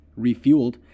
refueled